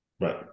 right